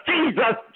Jesus